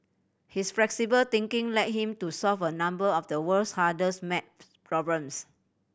his flexible thinking led him to solve a number of the world's hardest maths problems